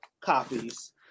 copies